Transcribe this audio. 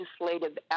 legislative